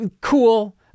Cool